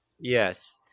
Yes